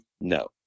No